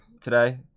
today